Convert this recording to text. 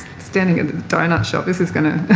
standing at the doughnut shop. this is going to